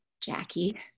Jackie